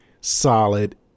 solid